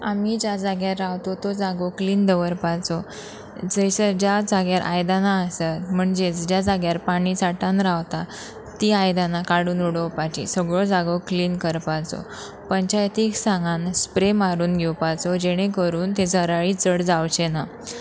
आमी ज्या जाग्यार रावता तो जागो क्लीन दवरपाचो जंयसर ज्या जाग्यार आयदनां आसात म्हणजेच ज्या जाग्यार पाणी सांठून रावता तीं आयदनां काडून उडोवपाची सगळ्यो जागो क्लीन करपाचो पंचायतीक सांगान स्प्रे मारून घेवपाचो जेणे करून ते जराळी चड जावचे ना